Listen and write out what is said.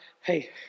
hey